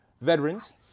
veterans